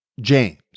James